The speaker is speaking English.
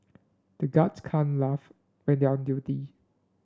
the guards can't laugh when they are on duty